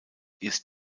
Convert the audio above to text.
ist